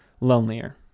lonelier